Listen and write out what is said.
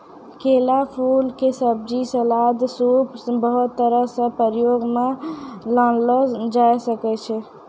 केला फूल के सब्जी, सलाद, सूप बहुत तरह सॅ प्रयोग मॅ लानलो जाय ल सकै छो